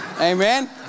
Amen